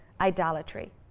idolatry